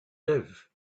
live